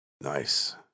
Nice